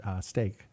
steak